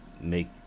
make